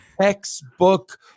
textbook